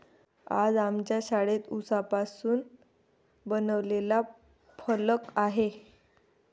आज आमच्या शाळेत उसापासून बनवलेला फलक आहे